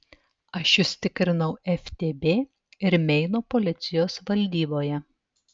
aš jus tikrinau ftb ir meino policijos valdyboje